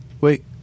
wait